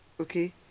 Okay